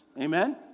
Amen